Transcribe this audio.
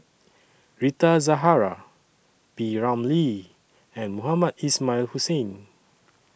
Rita Zahara P Ramlee and Mohamed Ismail Hussain